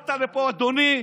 ובאת לפה, אדוני.